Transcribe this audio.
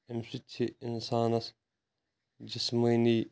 امہِ سۭتۍ چھِ اِنسانَس جِسمٲنی